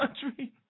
country